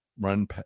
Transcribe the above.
run